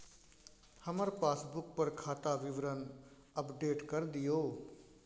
हमर पासबुक पर खाता विवरण अपडेट कर दियो